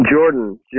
Jordan